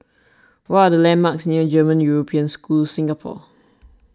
what are the landmarks near German European School Singapore